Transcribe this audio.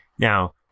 Now